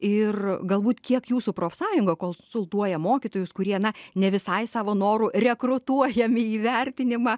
ir galbūt kiek jūsų profsąjunga konsultuoja mokytojus kurie na ne visai savo noru rekrutuojami į vertinimą